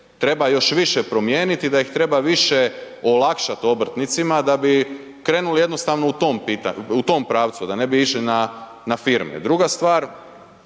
treba još više promijeniti, da ih treba više olakšat obrtnicima da bi krenuli jednostavno u tom pravcu, da ne bi išli na firme. Druga stvar,